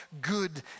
good